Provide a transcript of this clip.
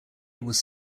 was